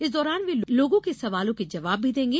इस दौरान वे लोगों के सवालों के जवाब भी देंगे